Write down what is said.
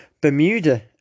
Bermuda